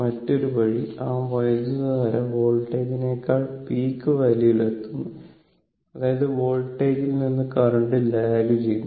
മറ്റൊരു വഴി ആ വൈദ്യുതധാര വോൾട്ടേജിനെക്കാൾ പീക്ക് വാല്യൂവിൽ എത്തുന്നു അതായത് വോൾട്ടേജിൽ നിന്ന് കറന്റ് ലാഗ് ചെയ്യുന്നു